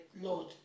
Lord